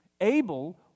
Abel